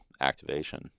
activation